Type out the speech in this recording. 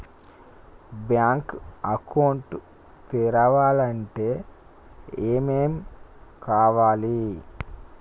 Bank account తెరవాలంటే ఏమేం కావాలి?